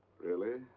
really?